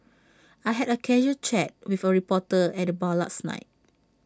I had A casual chat with A reporter at the bar last night